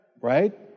Right